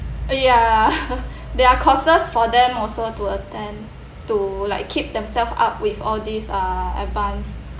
ya there are courses for them also to attend to like keep themselves up with all these uh advance